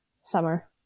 summer